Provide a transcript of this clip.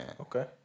okay